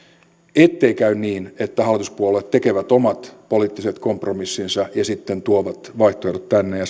ettei käy niin että hallituspuolueet tekevät omat poliittiset kompromissinsa ja sitten tuovat vaihtoehdon tänne ja